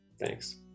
Thanks